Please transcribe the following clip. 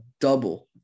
double